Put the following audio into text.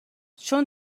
چون